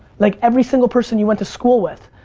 like, every single person you went to school with,